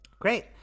Great